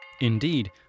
Indeed